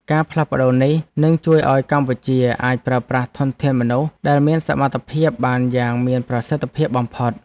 ការផ្លាស់ប្ដូរនេះ នឹងជួយឱ្យកម្ពុជាអាចប្រើប្រាស់ធនធានមនុស្សដែលមានសមត្ថភាពបានយ៉ាងមានប្រសិទ្ធភាពបំផុត។